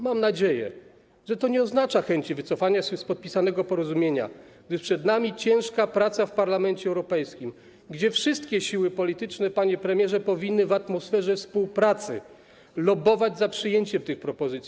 Mam nadzieję, że to nie oznacza chęci wycofania się z podpisanego porozumienia, gdyż przed nami ciężka praca w Parlamencie Europejskim, gdzie wszystkie siły polityczne, panie premierze, powinny w atmosferze współpracy lobbować za przyjęciem tych propozycji.